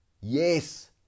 yes